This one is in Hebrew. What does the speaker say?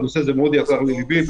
והנושא הזה מאוד יקר לליבי.